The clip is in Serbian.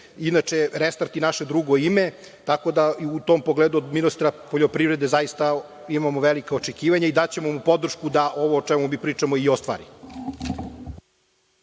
Inače, restart je naše drugo ime, tako da i u tom pogledu od ministra poljoprivrede zaista imamo velika očekivanja i daćemo mu podršku da ovo o čemu mi pričamo i ostvari.